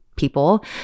people